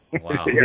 Wow